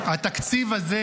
שהתקציב הזה,